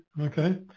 okay